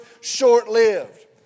short-lived